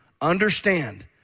understand